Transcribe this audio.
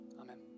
Amen